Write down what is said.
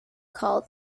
call